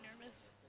nervous